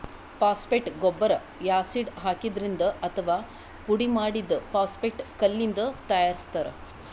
phosphate ಗೊಬ್ಬರ್ acid ಹಾಕಿದ್ರಿಂದ್ ಅಥವಾ ಪುಡಿಮಾಡಿದ್ದ್ ಫಾಸ್ಫೇಟ್ ಕಲ್ಲಿಂದ್ ತಯಾರಿಸ್ತಾರ್